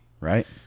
Right